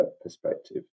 perspective